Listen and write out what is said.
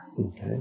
Okay